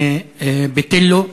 מביתילו,